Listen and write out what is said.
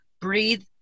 breathe